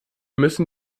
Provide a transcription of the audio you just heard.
müssen